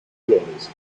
flores